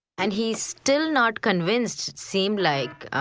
and he's still not convinced, seemed like,